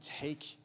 take